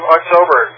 October